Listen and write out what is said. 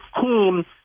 team